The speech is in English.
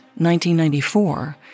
1994